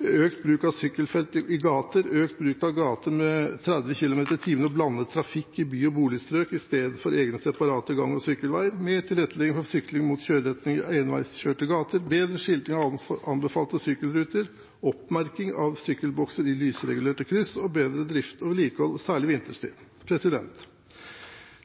økt bruk av sykkelfelt i gater økt bruk av gater med 30 km/t og blandet trafikk i by- og boligstrøk i stedet for egne separate gang- og sykkelveier mer tilrettelegging for sykling mot kjøreretningen i enveiskjørte gater bedre skilting av anbefalte sykkelruter oppmerking av sykkelbokser i lysregulerte kryss bedre drift og vedlikehold, særlig vinterstid